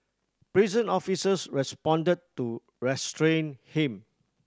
prison officers responded to restrain him